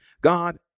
God